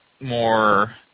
more